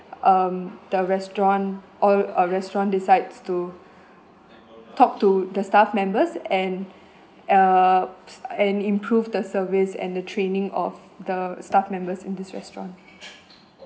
um the restaurant uh uh restaurant decides to talk to the staff members and err and improve the service and the training of the staff members in this restaurant